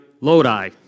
Lodi